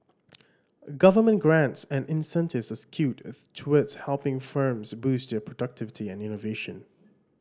government grants and incentives are skewed towards helping firms boost their productivity and innovation